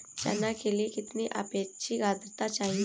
चना के लिए कितनी आपेक्षिक आद्रता चाहिए?